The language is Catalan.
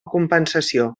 compensació